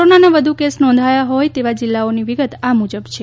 કોરોનાના વધુ કેસ નોંધાયા હોય તેવા જિલ્લાઓની વિગત આ મુજબ છે